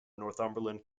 northumberland